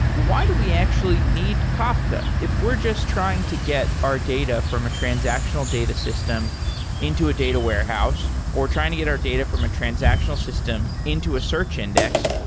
why do we actually need kafka? if we're just trying to get our data from a transactional data system into a data warehouse or trying to get our data from a transactional system into a search index,